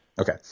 Okay